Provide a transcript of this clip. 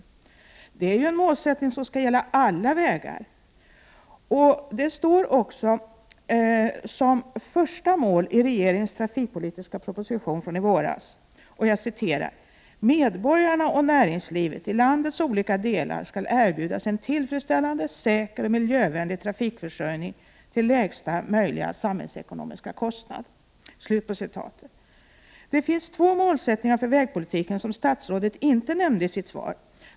Detta är ju en målsättning som skall gälla alla vägar, och det står också som första mål i regeringens trafikpolitiska proposition från i våras att ”medborgarna och näringslivet i landets olika delar skall erbjudas en tillfredsställande, säker och miljövänlig trafikförsörjning till lägsta möjliga samhällsekonomiska kostnad”. Det finns två målsättningar för vägpolitiken som statsrådet inte nämnde i sitt svar.